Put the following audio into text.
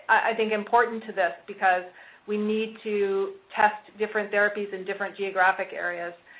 i think, important to this, because we need to test different therapies in different geographic areas,